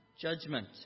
judgment